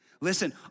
Listen